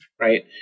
right